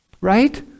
Right